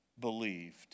believed